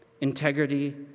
integrity